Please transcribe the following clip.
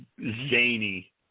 zany